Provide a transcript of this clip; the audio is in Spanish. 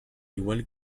igual